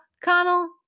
Connell